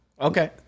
okay